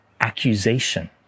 accusation